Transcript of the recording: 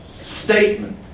statement